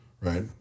right